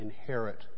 inherit